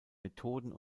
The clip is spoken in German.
methoden